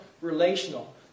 relational